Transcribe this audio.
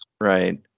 right